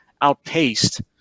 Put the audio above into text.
outpaced